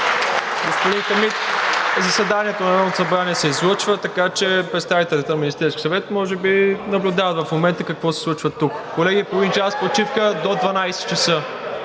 Господин Хамид, заседанието на Народното събрание се излъчва, така че представителите на Министерския съвет може би наблюдават в момента какво се случва тук. Колеги, почивка до 12,00 ч.